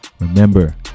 Remember